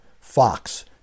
Fox